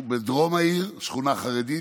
בדרום העיר שכונה חרדית,